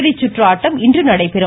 இறுதிச்சுற்று ஆட்டம் இன்று நடைபெறும்